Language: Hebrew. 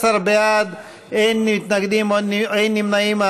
ואין נמנעים.